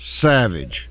savage